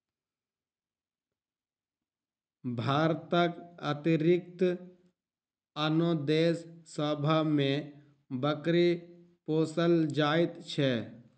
भारतक अतिरिक्त आनो देश सभ मे बकरी पोसल जाइत छै